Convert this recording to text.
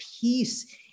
peace